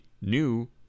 new